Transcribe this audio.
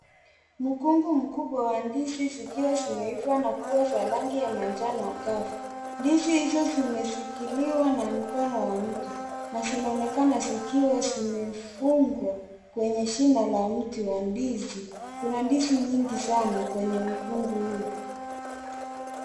Mkungu mkubwa wa ndizi zikiwa zimeiva na kuwa za rangi ya manjano angavu. Ndizi hizo zimeshikiliwa na mkono wa mtu na zinaonekana zikiwa zimefungwa kwenye shina la mti wa ndizi . Kuna ndizi mingi sana kwenye mkungu huu.